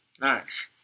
Nice